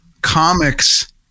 comics